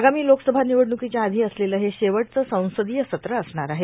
आगामी लोकसभा निवडणुकींच्या आधी असलेलं हे शेवटचं संसदीय सत्र असणार आहे